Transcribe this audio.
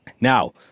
Now